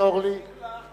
אני אגיד לך,